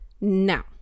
Now